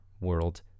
world